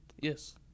Yes